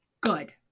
good